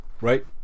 right